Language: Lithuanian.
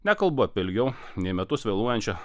nekalbu apie ilgiau nei metus vėluojančio